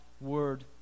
word